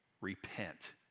Repent